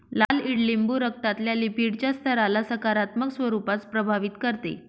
लाल ईडलिंबू रक्तातल्या लिपीडच्या स्तराला सकारात्मक स्वरूपात प्रभावित करते